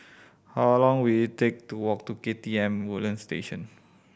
how long will it take to walk to K T M Woodlands Station